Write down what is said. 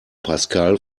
pascal